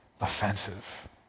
Offensive